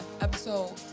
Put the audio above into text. episode